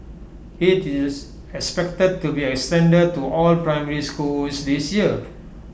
IT is expected to be extended to all primary schools this year